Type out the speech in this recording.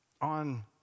on